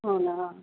అవునా